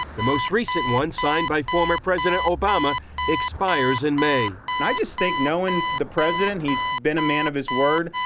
the most recent one signed by former president obama expires in may. and i think knowing the president, he has been a man of his word.